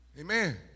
Amen